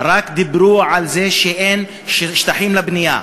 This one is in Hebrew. דיברו רק על זה שאין שטחים לבנייה.